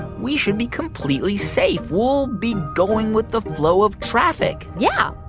we should be completely safe. we'll be going with the flow of traffic yeah.